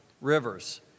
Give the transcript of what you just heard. rivers